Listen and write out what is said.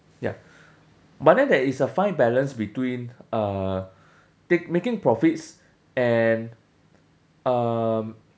ya but then there is a fine balance between uh take making profits and um